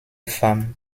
farm